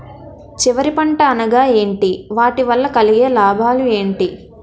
చివరి పంట అనగా ఏంటి వాటి వల్ల కలిగే లాభాలు ఏంటి